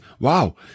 Wow